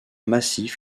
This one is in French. massif